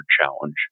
Challenge